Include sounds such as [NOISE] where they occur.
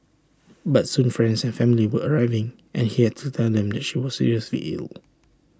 but soon friends and family were arriving and he had to tell them that [NOISE] she was seriously ill